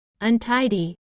untidy